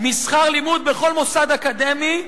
משכר לימוד בכל מוסד אקדמי,